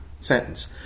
sentence